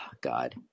God